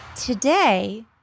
Today